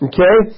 Okay